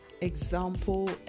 example